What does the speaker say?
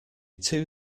two